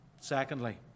secondly